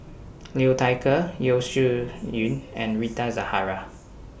Liu Thai Ker Yeo Shih Yun and Rita Zahara